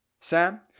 Sam